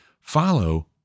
Follow